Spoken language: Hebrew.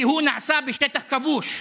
כי הוא נעשה בשטח כבוש,